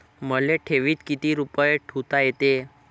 मले ठेवीत किती रुपये ठुता येते?